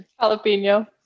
jalapeno